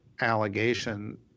allegation